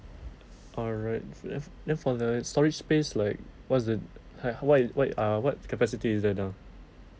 alright then then for the storage space like what's the hi~ what it what it ah what capacity is that ah